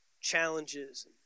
challenges